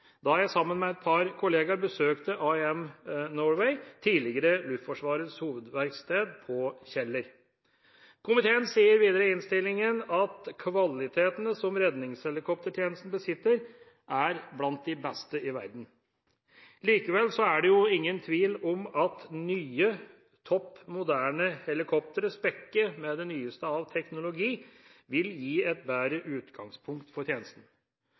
da jeg sammen med et par kollegaer besøkte AIM Norway, tidligere Luftforsvarets hovedverksted, på Kjeller. Komiteen sier videre i innstillingen at kvalitetene som redningshelikoptertjenesten besitter, er blant de beste i verden. Likevel er det ingen tvil om at nye, topp moderne helikoptre spekket med det nyeste av teknologi vil gi et bedre utgangspunkt for tjenesten.